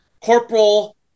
Corporal